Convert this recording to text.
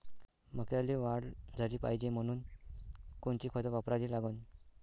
मक्याले वाढ झाली पाहिजे म्हनून कोनचे खतं वापराले लागन?